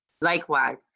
likewise